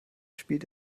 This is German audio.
spielt